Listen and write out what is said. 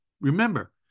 Remember